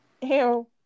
Ew